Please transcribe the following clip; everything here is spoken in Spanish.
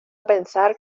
pensar